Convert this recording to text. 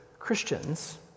Christians